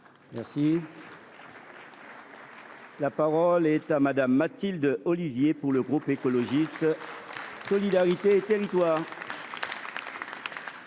remercie. La parole est à Mme Mathilde Ollivier, pour le groupe Écologiste – Solidarité et Territoires.